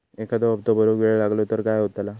एखादो हप्तो भरुक वेळ लागलो तर काय होतला?